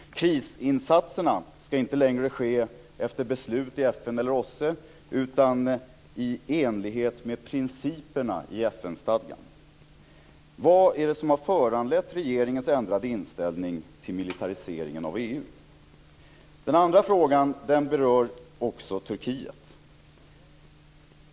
Krisinsatserna ska inte längre ske efter beslut i FN eller OSSE utan i enlighet med principerna i FN-stadgan. Vad är det som har föranlett regeringens ändrade inställning till militariseringen av EU? Den andra frågan berör Turkiet.